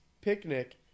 picnic